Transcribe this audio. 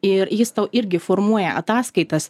ir jis tau irgi formuoja ataskaitas